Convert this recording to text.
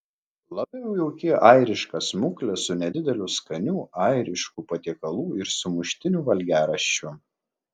labiau jauki airiška smuklė su nedideliu skanių airiškų patiekalų ir sumuštinių valgiaraščiu